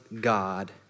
God